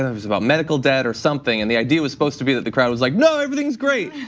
ah was about medical debt or something. and the idea was supposed to be that the crowd was like, no, everything's great.